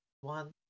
one